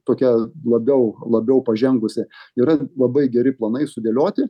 tokia labiau labiau pažengusi yra labai geri planai sudėlioti